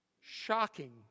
Shocking